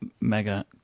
mega